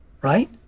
right